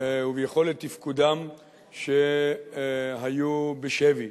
וביכולת תפקודם של מי שהיו בשבי.